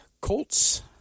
Colts